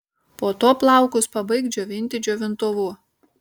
po to plaukus pabaik džiovinti džiovintuvu